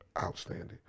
outstanding